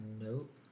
Nope